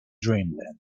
dreamland